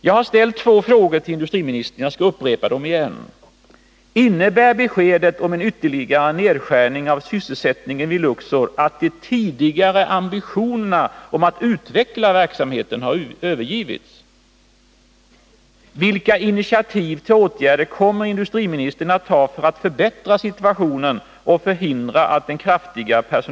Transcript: Jag har ställt två frågor till industriministern, och jag skall upprepa dem: Innebär beskedet om en ytterligare nedskärning av sysselsättningen vid Luxor att de tidigare ambitionerna att utveckla verksamheten har övergivits?